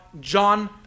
John